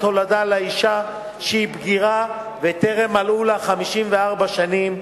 הולדה לאשה שהיא בגירה וטרם מלאו לה 54 שנים,